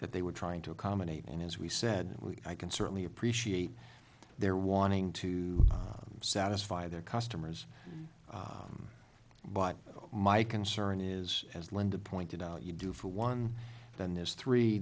that they were trying to accommodate and as we said we can certainly appreciate their wanting to satisfy their customers but my concern is as linda pointed out you do for one then there's three